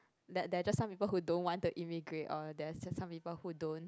that there are just who don't want to emigrate or there's just some people who don't